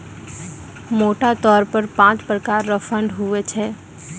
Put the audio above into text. मोटा तौर पर पाँच प्रकार रो फंड हुवै छै